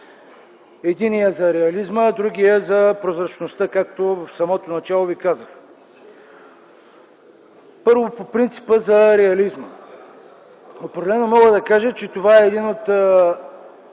единият за реализма, другият за прозрачността, както ви казах в самото начало. Първо, по принципа за реализма. Определено мога да кажа, че това е един от